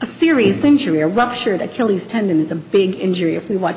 a serious injury a ruptured achilles tendon is a big injury if we watch